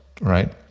right